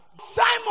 Simon